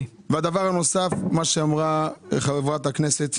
לגבי מה שאמרה חברת הכנסת